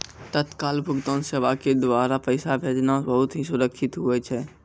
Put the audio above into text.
तत्काल भुगतान सेवा के द्वारा पैसा भेजना बहुत ही सुरक्षित हुवै छै